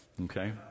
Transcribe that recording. Okay